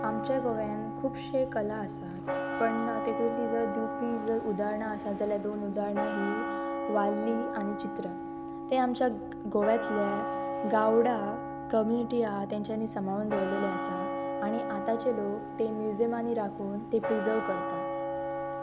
आमच्या गोव्यान खुबशे कला आसात पण ततूंतलीं जर दिवपी जर उदाहारणां आसा जाल्यार दोन उदाहारणां ही वाली आनी चित्र तें आमच्या गोव्यातले गावडा कम्युनिटीया तेंच्यांनी समळून दवरलेलें आसा आनी आतांचे लोक ते म्युजियमांनी राखून ते प्रिजव करतात